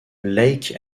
lake